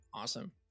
Awesome